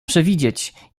przewidzieć